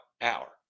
Hour